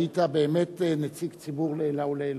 היית באמת נציג ציבור לעילא ולעילא.